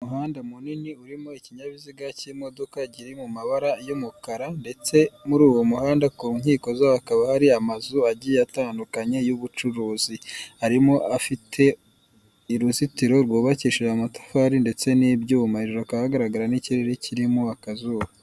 Umuhanda munini urimo ikinyabiziga cy'imodoka kiri mu mabara y'umukara ndetse muri uwo muhanda ku nkiko zo hakaba hari amazu agiye atandukanye y'ubucuruzi, harimo afite uruzitiro rwubakishije amatafari ndetse n'ibyuma hejuru hakaba ahagaragara n'ikirere kirimo akazuba.